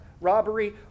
robbery